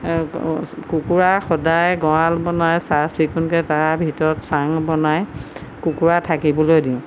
কুকুৰা সদায় গড়াল বনাই চাফ চিকুণকৈ তাৰ ভিতৰত চাং বনাই কুকুৰা থাকিবলৈ দিওঁ